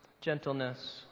gentleness